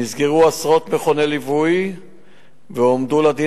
נסגרו עשרות מכוני ליווי והועמדו לדין